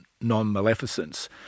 non-maleficence